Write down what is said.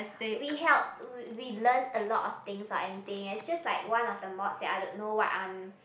we help we we learn a lot of things anything and just like one of the modes I don't know what I'm